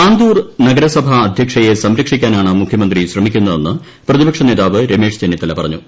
ആന്തൂർ നഗരസഭാധ്യക്ഷയെ സംരക്ഷിക്കാനാണ് മുഖ്യമന്ത്രി ശ്രമിക്കുന്നതെന്ന് പ്രതിപക്ഷ നേതാവ് രമേശ് ചെന്നിത്തല പറഞ്ഞു